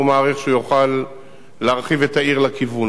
והוא מעריך שהוא יוכל להרחיב את העיר לכיוון.